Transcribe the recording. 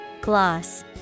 Gloss